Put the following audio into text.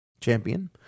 Champion